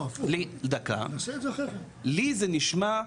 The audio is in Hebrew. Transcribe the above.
לי זה נשמע,